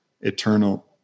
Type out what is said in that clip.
eternal